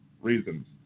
reasons